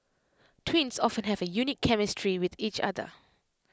twins often have A unique chemistry with each other